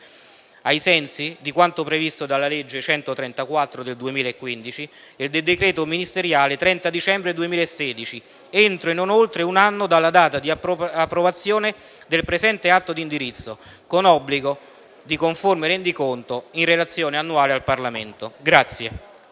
ai sensi di quanto previsto dalla legge n. 134 del 2015 e del decreto ministeriale 30 dicembre 2016, entro e non oltre un anno dalla data di approvazione del presente atto di indirizzo, con obbligo di conforme rendiconto in relazione annuale al Parlamento.